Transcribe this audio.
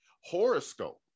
horoscope